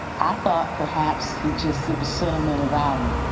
i thought perhaps he just, it was sentimental value.